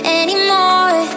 anymore